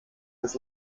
des